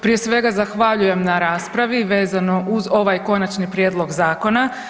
Prije svega zahvaljujem na raspravi vezano uz ovaj konačni prijedlog zakona.